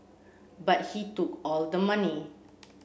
but he took all the money